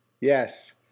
Yes